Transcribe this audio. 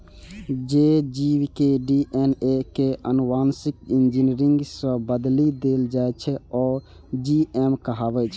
जे जीव के डी.एन.ए कें आनुवांशिक इंजीनियरिंग सं बदलि देल जाइ छै, ओ जी.एम कहाबै छै